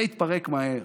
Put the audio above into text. זה יתפרק מהר.